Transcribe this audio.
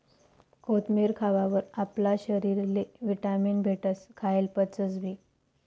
कोथमेर खावावर आपला शरीरले व्हिटॅमीन भेटस, खायेल पचसबी